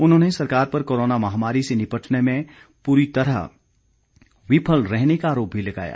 उन्होंने सरकार पर कोरोना महामारी से निपटने में पूरी तरह विफल रहने का आरोप भी लगाया